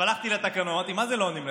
הלכתי לתקנות, אמרתי: מה זה לא עונים?